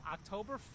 October